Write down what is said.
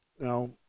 Now